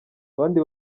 abandi